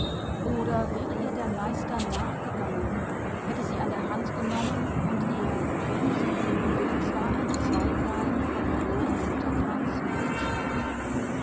oder wäre ihr der meister nachgegangen hätte sie an der hand genommen und ihr wenn sie guten willens war ein zweiglein vom verlorenen mutterkranz wieder versprochen